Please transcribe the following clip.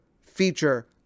feature